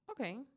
okay